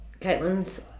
Caitlin's